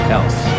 else